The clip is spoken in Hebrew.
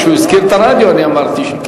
כשהוא הזכיר את הרדיו אמרתי שכן.